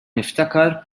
niftakar